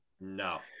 No